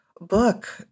book